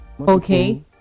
Okay